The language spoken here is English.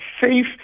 safe